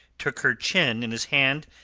took her chin in his hand,